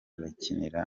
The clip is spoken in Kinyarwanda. bakinira